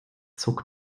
zog